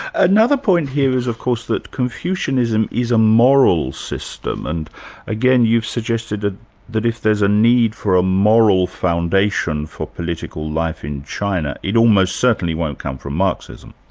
another point here is of course that confucianism is a moral system, and again you've suggested ah that if there's a need for a moral foundation for political life in china, it almost certainly won't come from marxism.